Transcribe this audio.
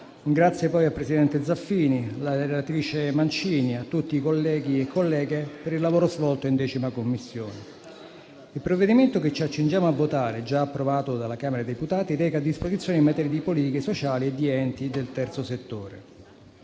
alla relatrice Mancini e a tutti i colleghi e colleghe per il lavoro svolto in 10a Commissione. Il provvedimento che ci accingiamo a votare, già approvato dalla Camera dei deputati, reca disposizioni in materia di politiche sociali e di enti del terzo settore.